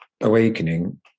awakening